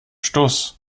stuss